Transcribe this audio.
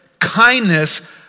kindness